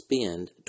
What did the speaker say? spend